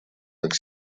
как